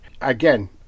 again